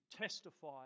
testify